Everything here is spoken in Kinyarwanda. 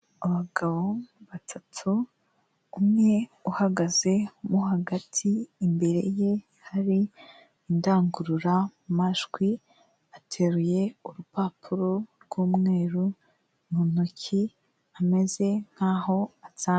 Abagabo batatu, umwe uhagaze mo hagati, imbere ye hari indangururamajwi, ateruye urupapuro rw'umweru, mu ntoki ameze nk'aho asanzwe.